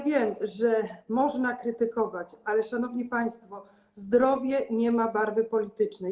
Wiem, że można krytykować, ale, szanowni państwo, zdrowie nie ma barwy politycznej.